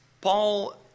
Paul